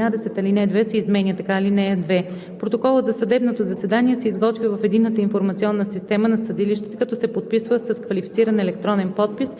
ал. 2 се изменя така: „(2) Протоколът за съдебното заседание се изготвя в единната информационна система на съдилищата, като се подписва с квалифициран електронен подпис